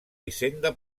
hisenda